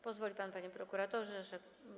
Pozwoli pan, panie prokuratorze.